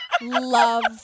Love